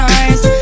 eyes